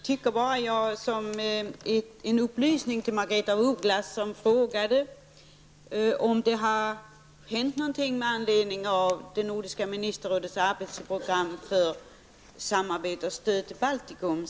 Herr talman! Jag vill ge en upplysning till Margaretha af Ugglas, som frågade om det har hänt något med anledning av Nordiska ministerrådets arbetsprogram för samarbete och stöd till Baltikum.